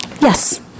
Yes